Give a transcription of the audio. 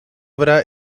obra